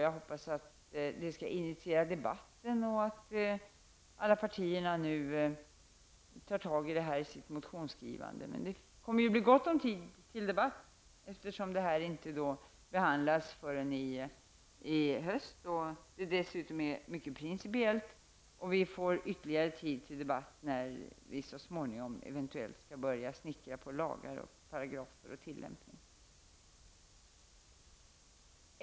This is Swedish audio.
Jag hoppas att den skall initiera debatten och att alla partier tar tag i denna fråga i sitt motionsskrivande. Det kommer att bli gott om tid till debatt, eftersom ärendet inte skall behandlas förrän i höst och det dessutom är mycket principiellt. Vi får ytterligare tid till debatt, när vi så småningom skall börja snickra på paragrafer och tillämpning.